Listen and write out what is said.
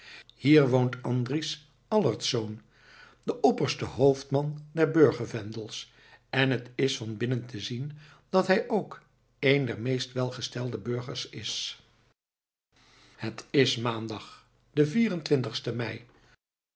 hier woont andries allertsz de opperste hoofdman der burger vendels en het is van binnen te zien dat hij ook een der meest welgestelde burgers is het is maandag de vierentwintigste mei